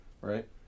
right